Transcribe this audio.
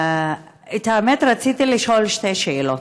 את האמת, רציתי לשאול שתי שאלות.